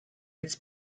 its